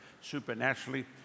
supernaturally